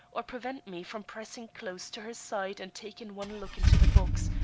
or prevent me from pressing close to her side and taking one look into the box,